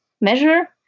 measure